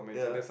yeah